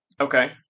Okay